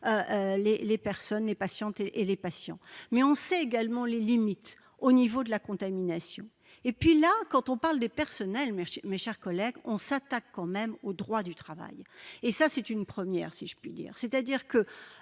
les personnes, les patientes et les patients, mais on sait également les limites au niveau de la contamination et puis là, quand on parle des personnels merci, mes chers collègues, on s'attaque quand même au droit du travail et ça c'est une première, si je puis dire, c'est-à-dire que